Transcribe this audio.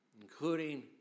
including